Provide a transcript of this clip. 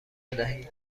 بدهید